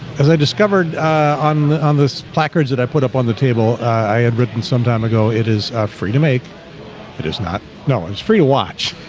as i discovered on on this placards that i put up on the table. i had written some time ago it is free to make it is not no. it's free watch